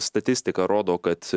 statistika rodo kad